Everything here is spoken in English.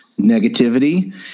negativity